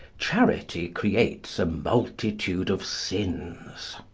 charity creates a multitude of sins.